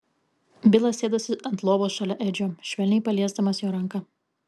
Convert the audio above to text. bilas sėdosi ant lovos šalia edžio švelniai paliesdamas jo ranką